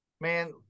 man